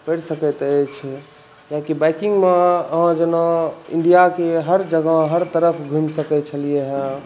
पड़ि सकैत अछि किएकि बाइकिंगमे अहाँ जेना इण्डियाके हर जगह हर तरफ घुमि सकै छलियै हँ